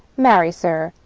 marry, sir,